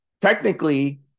technically